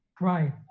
right